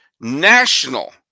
national